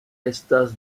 estas